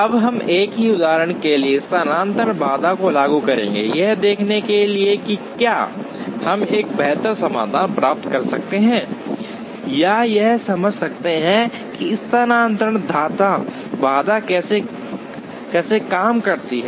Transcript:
अब हम एक ही उदाहरण के लिए स्थानांतरण बाधा को लागू करेंगे यह देखने के लिए कि क्या हम एक बेहतर समाधान प्राप्त कर सकते हैं या यह समझ सकते हैं कि स्थानांतरण बाधा कैसे काम करती है